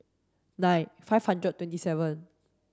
nine five hundred and twenty seven